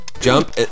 jump